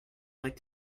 like